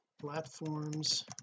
platforms